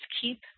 keep